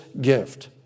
gift